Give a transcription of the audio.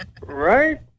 right